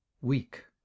weak